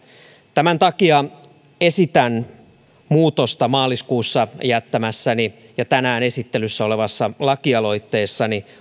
tämän takia esitän muutosta raiskauksen tunnusmerkistöön maaliskuussa jättämässäni ja tänään esittelyssä olevassa lakialoitteessani